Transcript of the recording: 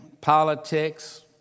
politics